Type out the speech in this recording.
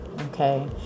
okay